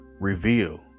reveal